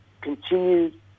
continued